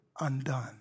undone